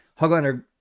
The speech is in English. Hoglander